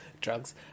Drugs